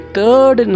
Third